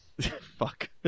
Fuck